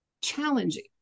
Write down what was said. challenging